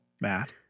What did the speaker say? Matt